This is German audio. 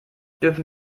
dürfen